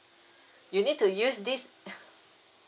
you need to use this